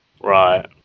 Right